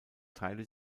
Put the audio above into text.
teile